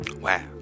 Wow